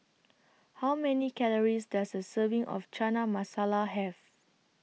How Many Calories Does A Serving of Chana Masala Have